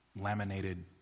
laminated